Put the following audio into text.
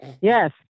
Yes